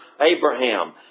Abraham